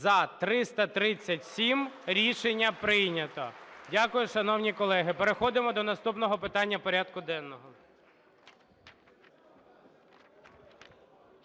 За-337 Рішення прийнято. Дякую, шановні колеги. Переходимо до наступного питання порядку денного.